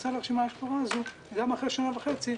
שההכנסה לרשימה השחורה הזאת, גם אחרי שנה וחצי,